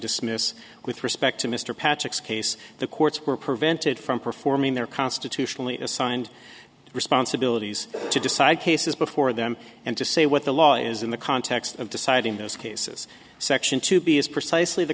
dismiss with respect to mr patrick's case the courts were prevented from performing their constitutionally assigned responsibilities to decide cases before them and to say what the law is in the context of deciding those cases section two b is precisely the